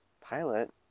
pilot